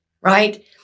right